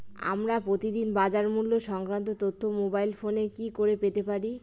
আমরা প্রতিদিন বাজার মূল্য সংক্রান্ত তথ্য মোবাইল ফোনে কি করে পেতে পারি?